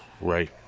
right